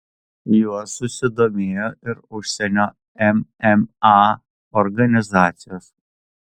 juo susidomėjo ir užsienio mma organizacijos